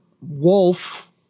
wolf